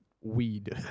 Weed